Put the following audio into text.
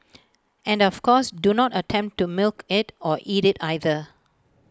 and of course do not attempt to milk IT or eat IT either